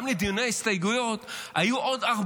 גם לדיוני הסתייגויות,